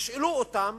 תשאלו אותם,